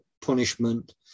punishment